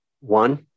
One